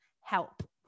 help